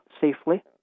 safely